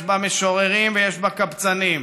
יש בה משוררים ויש בה קבצנים,